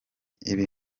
ibi